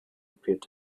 appeared